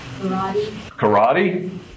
Karate